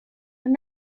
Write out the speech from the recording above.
and